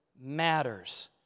matters